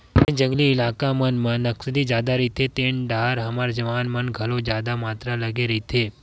जेन जंगली इलाका मन म नक्सली जादा रहिथे तेन डाहर हमर जवान मन घलो जादा मातरा लगे रहिथे